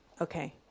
Okay